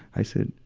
i said,